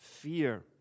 fear